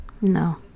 No